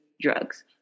drugs